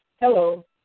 Hello